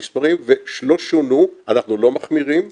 המספרים שלא שונו, אנחנו לא מחמירים,